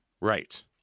Right